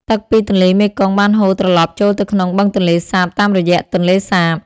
ទឹកពីទន្លេមេគង្គបានហូរត្រឡប់ចូលទៅក្នុងបឹងទន្លេសាបតាមរយៈទន្លេសាប។